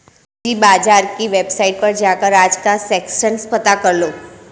पूंजी बाजार की वेबसाईट पर जाकर आज का सेंसेक्स पता करलो